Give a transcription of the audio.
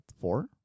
four